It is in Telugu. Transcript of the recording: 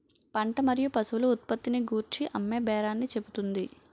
పంట మరియు పశువుల ఉత్పత్తిని గూర్చి అమ్మేబేరాన్ని చెబుతుంది